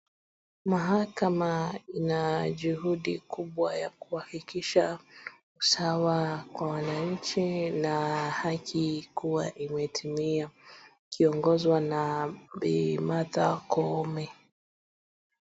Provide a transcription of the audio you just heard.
Mahakama ina juhudi kubwa ya kuhakikisha sawa kwa wananchi na haki kuwa imetimia. Ikiogozwa na Bi Martha Kome.